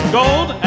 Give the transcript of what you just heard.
gold